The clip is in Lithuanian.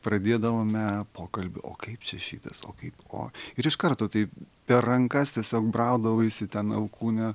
pradėdavome pokalbį o kaip čia šitas o kaip o ir iš karto taip per rankas tiesiog braudavaisi ten alkūne